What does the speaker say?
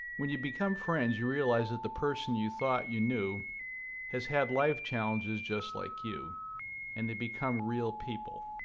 when you become friends you realize that the person you thought you knew has had life challenges just like you and they become real people.